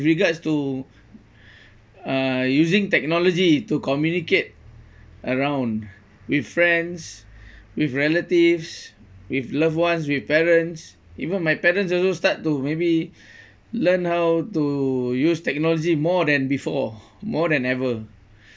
regards to uh using technology to communicate around with friends with relatives with loved ones with parents even my parents also start to maybe learn how to use technology more than before more than ever